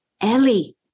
Ellie